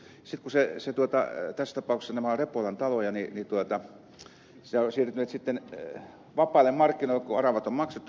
sitten kun tässä tapauksessa nämä ovat repolan taloja niin ne ovat siirtyneet sitten vapaille markkinoille kun aravat on maksettu pois